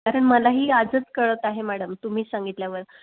कारण मला ही आजच कळत आहे मॅडम तुम्हीच सांगितल्यावर